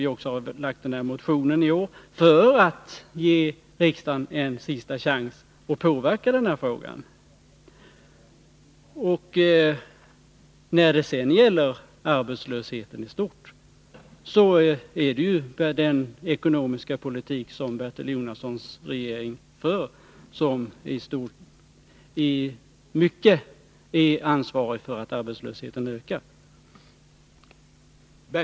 Vi har väckt motionen i år för att ge riksdagen en sista chans att påverka denna fråga. Beträffande arbetslösheten i stort är det den ekonomiska politik som Bertil Jonassons regering för som till stor del är ansvarig för att arbetslösheten ökar.